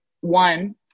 one